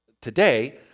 today